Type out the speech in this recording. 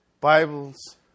Bible's